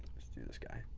let's do this guy.